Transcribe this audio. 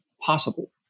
possible